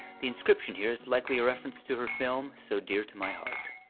the inscription here is likely a reference to her film, so dear to my heart.